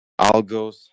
algos